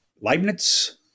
Leibniz